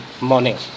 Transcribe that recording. Morning